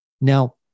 Now